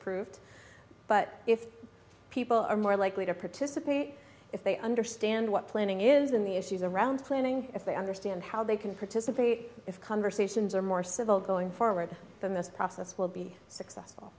approved but if people are more likely to participate if they understand what planning is in the issues around planning if they understand how they can participate if conversations are more civil going forward than this process will be successful